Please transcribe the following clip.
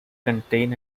contain